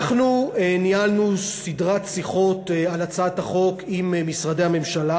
אנחנו ניהלנו סדרת שיחות על הצעת החוק עם משרדי הממשלה: